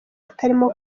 hatarimo